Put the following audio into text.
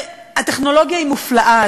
הטכנולוגיה היא מופלאה,